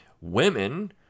Women